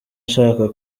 nshaka